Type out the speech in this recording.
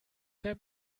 der